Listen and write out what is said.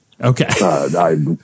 Okay